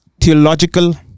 theological